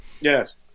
Yes